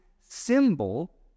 symbol